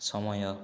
ସମୟ